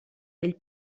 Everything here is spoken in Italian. del